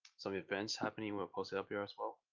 some events happening we'll post it up here as well,